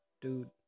Dude